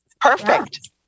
perfect